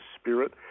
spirit